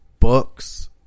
Books